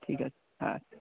ঠিক আছে আচ্ছা